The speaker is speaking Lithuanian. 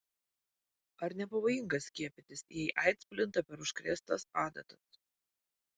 ar nepavojinga skiepytis jei aids plinta per užkrėstas adatas